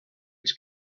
its